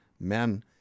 men